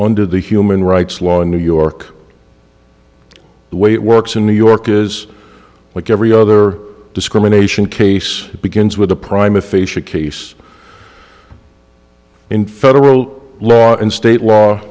under the human rights law in new york the way it works in new york is like every other discrimination case it begins with a prime aphasia case in federal law and state law